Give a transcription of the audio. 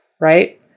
right